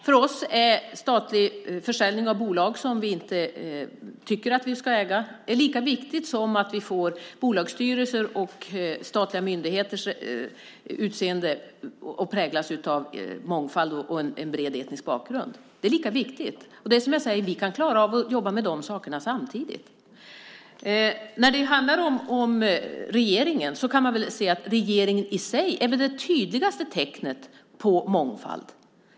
För oss är försäljning av bolag som vi inte tycker att vi ska äga lika viktigt som att vi får bolagsstyrelser och statliga myndigheter att präglas av mångfald och en bred etnisk bakgrund. Det är lika viktigt. Och det är som jag säger: Vi kan klara av att jobba med de sakerna samtidigt. När det handlar om regeringen kan man väl se att regeringen i sig är det tydligaste tecknet på mångfald.